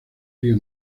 río